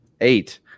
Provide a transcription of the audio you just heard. eight